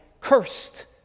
cursed